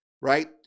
right